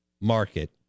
Market